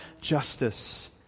justice